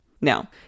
Now